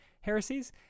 heresies